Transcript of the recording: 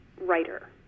writer